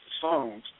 songs